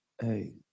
Hey